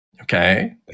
Okay